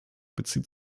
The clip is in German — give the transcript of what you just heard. bezieht